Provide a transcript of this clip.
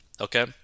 Okay